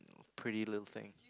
pretty little thing